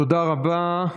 תודה רבה.